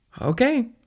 Okay